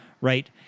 right